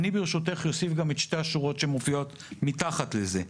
ברשותך אוסיף גם את שתי השורות שמופיעות מתחת לזה: